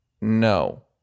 no